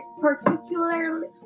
particularly